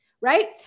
right